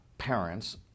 parents